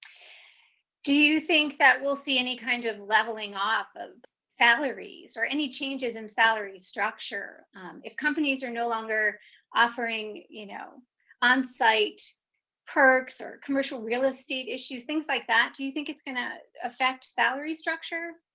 do you think that we'll see any kind of leveling off of salaries, or any changes in salary structure if companies are no longer offering you know on-site perks or commercial real estate issues, things like that, do you think it's going to affect salary structure?